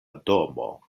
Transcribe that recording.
domo